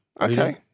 Okay